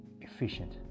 efficient